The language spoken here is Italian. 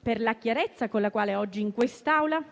per la chiarezza con la quale oggi in quest'Aula